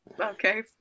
Okay